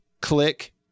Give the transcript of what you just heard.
click